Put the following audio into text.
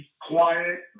quiet